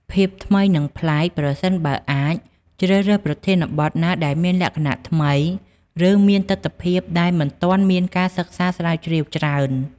ភាពថ្មី និងប្លែក ប្រសិនបើអាច ជ្រើសរើសប្រធានបទណាដែលមានលក្ខណៈថ្មី ឬមានទិដ្ឋភាពដែលមិនទាន់មានការសិក្សាស្រាវជ្រាវច្រើន។